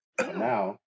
now